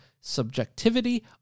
subjectivity